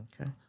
Okay